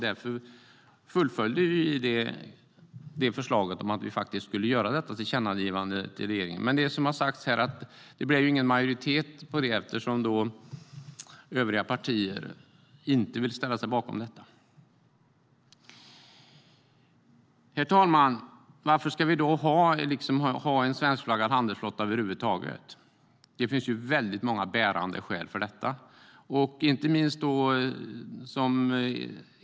Därför fullföljde vi förslaget om att göra detta tillkännagivande till regeringen. Men som sagt blev det ingen majoritet för det eftersom övriga partier inte vill ställa sig bakom det. Herr talman! Varför ska vi då ha en svenskflaggad handelsflotta över huvud taget? Det finns många bärande skäl för detta.